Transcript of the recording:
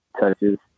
touches